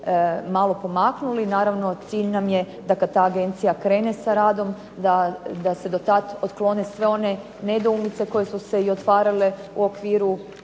malo pomaknuli, naravno cilj nam je da kad ta agencija krene sa radom da se dotad otklone sve one nedoumice koje su se i otvarale u okviru